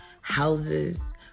houses